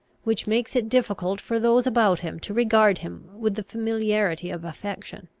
which makes it difficult for those about him to regard him with the familiarity of affection.